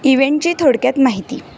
इव्हेंटची थोडक्यात माहिती